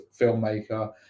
filmmaker